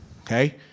okay